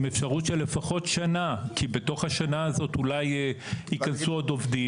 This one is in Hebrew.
אפשרות של לפחות שנה כי בתוך השנה הזאת אולי ייכנסו עוד עובדים